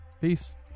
Peace